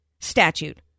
statute